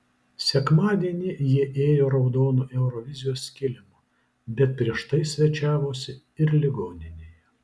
sekmadienį jie ėjo raudonu eurovizijos kilimu bet prieš tai svečiavosi ir ligoninėje